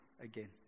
again